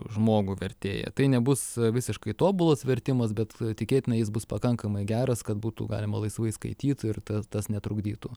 žmogų vertėją tai nebus visiškai tobulas vertimas bet tikėtina jis bus pakankamai geras kad būtų galima laisvai skaityt ir ta tas netrukdytų